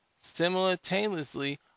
simultaneously